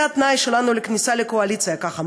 זה התנאי שלנו לכניסה לקואליציה, כך אמרו,